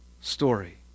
story